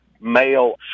male